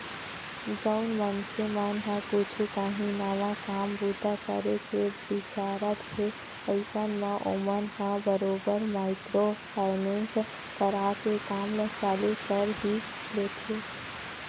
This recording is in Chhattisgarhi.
जउन मनखे मन ह कुछ काही नवा काम बूता करे के बिचारत हे अइसन म ओमन ह बरोबर माइक्रो फायनेंस करा के काम ल चालू कर ही लेथे